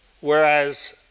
Whereas